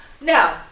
No